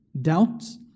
Doubts